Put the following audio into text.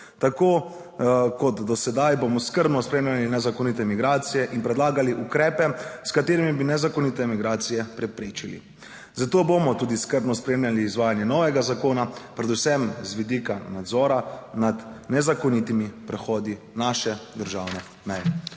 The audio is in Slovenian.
Tako kot do sedaj bomo skrbno spremljali nezakonite migracije in predlagali ukrepe, s katerimi bi nezakonite migracije preprečili. Zato bomo tudi skrbno spremljali izvajanje novega zakona, predvsem z vidika nadzora nad nezakonitimi prehodi naše državne meje.